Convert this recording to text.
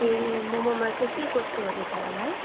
ए मममा चाहिँ के कस्तोहरू छ होला है